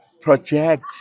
project